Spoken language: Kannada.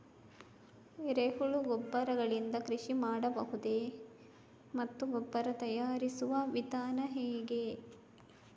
ಎರೆಹುಳು ಗೊಬ್ಬರ ಗಳಿಂದ ಕೃಷಿ ಮಾಡಬಹುದೇ ಮತ್ತು ಗೊಬ್ಬರ ತಯಾರಿಸುವ ವಿಧಾನ ಹೇಗೆ?